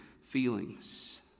feelings